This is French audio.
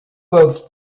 peuvent